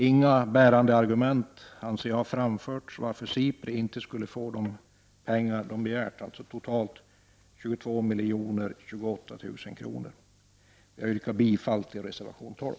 Inga bärande argument har, anser jag, framförts för att SIPRI inte skulle få de pengar man begärt, alltså totalt 22 028 000 kr. Jag yrkar bifall till reservation 12.